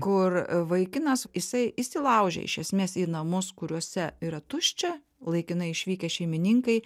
kur vaikinas jisai įsilaužė iš esmės į namus kuriuose yra tuščia laikinai išvykę šeimininkai